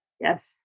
Yes